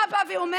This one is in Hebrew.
מה בא ואומר?